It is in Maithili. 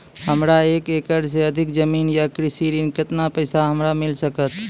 हमरा एक एकरऽ सऽ अधिक जमीन या कृषि ऋण केतना पैसा हमरा मिल सकत?